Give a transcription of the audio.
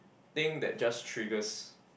thing that just triggers